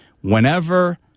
whenever